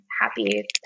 happy